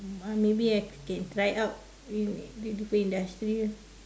uh maybe I can try out in different industry lah